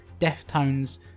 Deftones